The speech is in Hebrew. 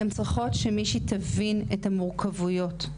הן צריכות שמישהי תבין את המורכבויות,